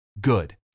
good